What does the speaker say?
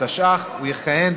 התשע"ח 2018,